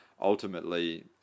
ultimately